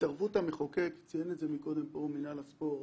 התערבות המחוקק, ציין את זה קודם מנהל הספורט,